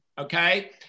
okay